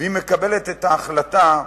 והיא מקבלת את ההחלטה,